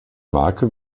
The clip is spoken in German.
marke